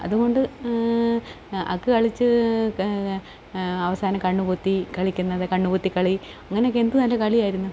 അതുകൊണ്ട് അക്ക് കളിച്ച് അവസാനം കണ്ണുപൊത്തി കളിക്കുന്നത് കണ്ണുപൊത്തി കളി അങ്ങനെയൊക്കെ എന്തു നല്ല കളിയായിരുന്നു